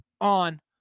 on